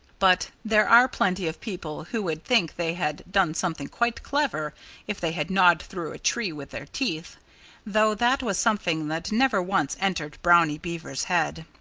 but there are plenty of people who would think they had done something quite clever if they had gnawed through a tree with their teeth though that was something that never once entered brownie beaver's head.